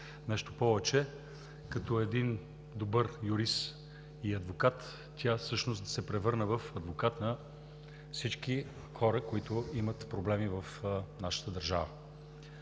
Нещо повече, като един добър юрист и адвокат тя всъщност се превърна в адвокат на всички хора, които имат проблеми в нашата държава.